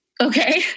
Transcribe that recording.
Okay